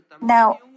Now